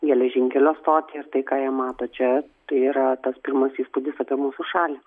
geležinkelio stotį ir tai ką jie mato čia tai yra tas pirmas įspūdis apie mūsų šalį